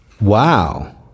Wow